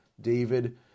David